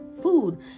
food